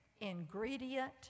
ingredient